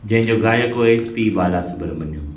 जंहिं जो गायक हो एस पी बालासुब्रमण्यम